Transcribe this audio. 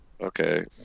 Okay